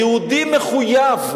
היהודי מחויב,